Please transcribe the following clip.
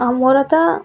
ହଁ ମୋର ତ